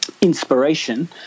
inspiration